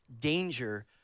danger